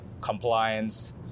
compliance